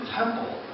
temple